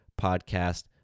podcast